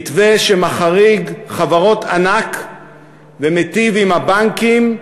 מתווה שמחריג חברות ענק ומיטיב עם הבנקים,